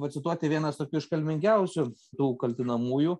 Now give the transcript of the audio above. pacituoti vienas tokių iškalbingiausių tų kaltinamųjų